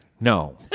no